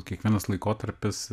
kiekvienas laikotarpis